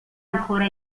ancora